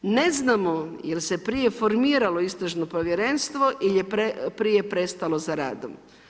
Ne znamo jel se prije formirao istražno povjerenstvo ili je prije prestalo sa radom.